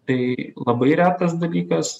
tai labai retas dalykas